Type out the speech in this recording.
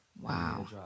Wow